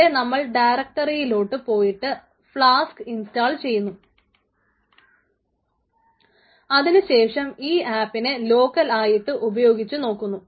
ഇവിടെ നമ്മൾ ഡയറക്ടറിയിലോട്ട് പോയിട്ട് ഫ്ലാസ്ക് ചെയ്യുന്നു അതിനുശേഷം ഈ ആപ്പിനെ ലോക്കൽ ആയിട്ട് ഉപയോഗിച്ചു നോക്കുന്നു